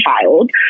child